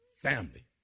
Family